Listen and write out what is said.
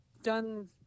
done